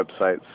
websites